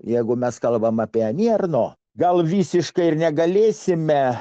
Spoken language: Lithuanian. jeigu mes kalbame apie ani arno gal visiškai ir negalėsime